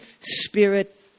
Spirit